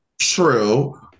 true